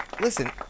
Listen